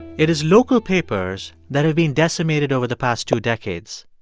it is local papers that have been decimated over the past two decades,